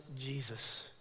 Jesus